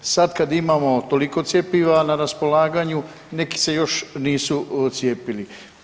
Sad kad imamo toliko cjepiva na raspolaganju neki se još nisu cijepili.